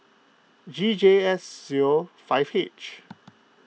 G J S zero five H